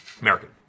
American